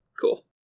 cool